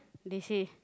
they say